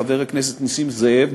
חבר הכנסת נסים זאב,